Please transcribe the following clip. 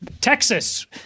Texas